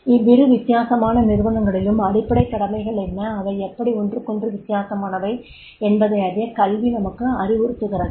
இவ்விறு வித்தியாசமான நிறுவனங்களிலும் அடிப்படைக் கடமைகள் என்ன அவை எப்படி ஒன்றுக்கொன்று வித்தியாசமானவை என்பதை அறிய கல்வி நமக்கு அறிவுறுத்துகிறது